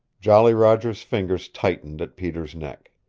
jolly roger's fingers tightened at peter's neck.